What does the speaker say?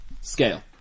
scale